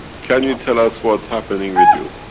can you tell us what's happening with you.